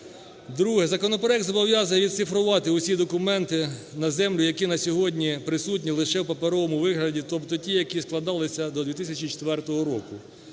Друге. Законопроект зобов'язує відцифрувати усі документи на землю, які на сьогодні присутні лише у паперовому вигляді, тобто ті, які складалися до 2004 року.